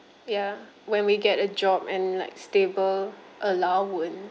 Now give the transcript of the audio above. ya when we get a job and like stable allowance